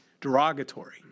Derogatory